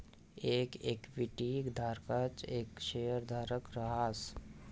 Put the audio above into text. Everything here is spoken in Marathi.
येक इक्विटी धारकच येक शेयरधारक रहास